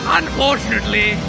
unfortunately